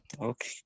okay